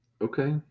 Okay